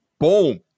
Boom